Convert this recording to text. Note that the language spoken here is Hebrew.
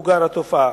תמוגר התופעה.